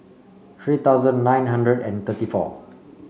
three thousand nine hundred and thirty four